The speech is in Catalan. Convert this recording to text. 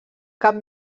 cap